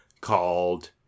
called